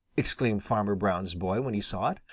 exclaimed farmer brown's boy when he saw it.